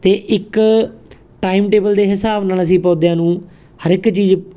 ਅਤੇ ਇੱਕ time table ਦੇ ਹਿਸਾਬ ਨਾਲ ਅਸੀਂ ਪੌਦਿਆਂ ਨੂੰ ਹਰ ਇੱਕ ਚੀਜ਼